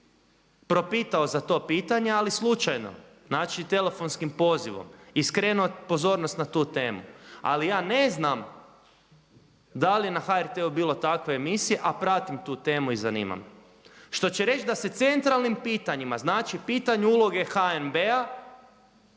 propitao za to pitanje ali slučajno, znači telefonskim pozivom i skrenuo pozornost na tu temu ali ja ne znam da li je na HRT-u bilo takve emisije a pratim tu temu i zanima me. Što će reći da se centralnim pitanjima, znači pitanju uloge HNB-a